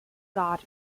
garde